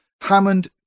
Hammond